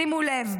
שימו לב,